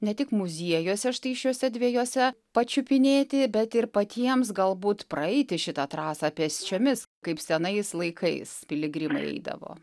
ne tik muziejuose štai šiuose dviejuose pačiupinėti bet ir patiems galbūt praeiti šitą trasą pėsčiomis kaip senais laikais piligrimai eidavo